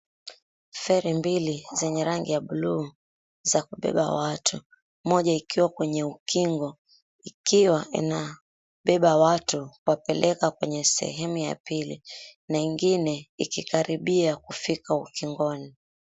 Feri mbili zenye rangi ya buluu za kubeba watu. Moja ikiwa kwenye ukingo, ikiwa inabeba watu kuwapeleka kwenye sehemu ya pili na ingine ikikaribia kufika ukingoni.